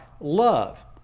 love